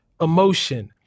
emotion